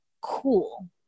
cool